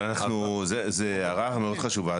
אבל זו הערה מאוד חשובה.